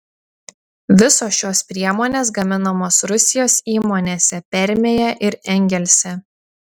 visos šios priemonės gaminamos rusijos įmonėse permėje ir engelse